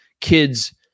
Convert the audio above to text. kids